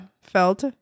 felt